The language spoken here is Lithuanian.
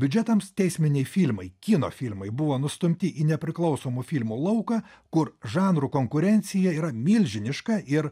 biudžetams teisminiai filmai kino filmai buvo nustumti į nepriklausomų filmų lauką kur žanrų konkurencija yra milžiniška ir